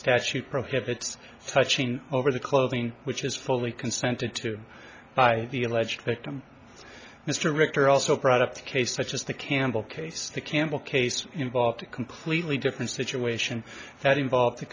statute prohibits touching over the clothing which is fully consented to by the alleged victim mr rector also brought up the case such as the campbell case the campbell case involved a completely different situation that involved t